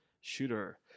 Shooter